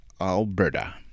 Alberta